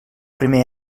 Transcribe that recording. primer